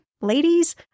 ladies